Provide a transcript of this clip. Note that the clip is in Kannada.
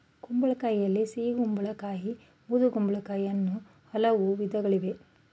ಕುಂಬಳಕಾಯಿಯಲ್ಲಿ ಸಿಹಿಗುಂಬಳ ಕಾಯಿ ಬೂದುಗುಂಬಳಕಾಯಿ ಅನ್ನೂ ಹಲವು ವಿಧಗಳಿವೆ